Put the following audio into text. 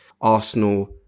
Arsenal